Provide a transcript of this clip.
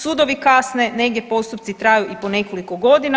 Sudovi kasne, negdje postupci kraju i po nekoliko godina.